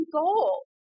goal